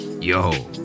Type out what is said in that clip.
Yo